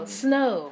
snow